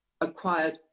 acquired